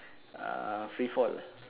ah free fall